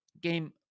Game